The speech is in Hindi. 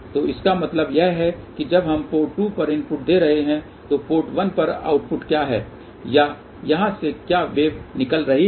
तो इसका मतलब यह है कि जब हम पोर्ट 2 पर इनपुट दे रहे हैं तो पोर्ट 1 पर आउटपुट क्या है या यहां से क्या वेव निकल रही है